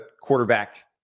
quarterback